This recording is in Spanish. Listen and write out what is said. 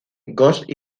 ghost